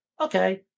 okay